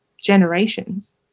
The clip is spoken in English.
generations